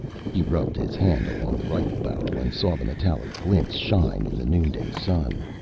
he rubbed his hand along the rifle barrel and saw the metallic glints shine in the noonday sun.